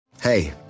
Hey